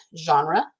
genre